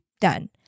done